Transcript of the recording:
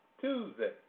Tuesday